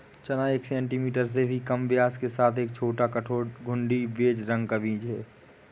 चना एक सेंटीमीटर से भी कम व्यास के साथ एक छोटा, कठोर, घुंडी, बेज रंग का बीन है